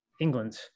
England